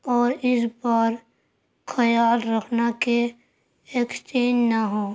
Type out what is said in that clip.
اور اس بار خیال رکھنا کہ ایکسچینج نہ ہو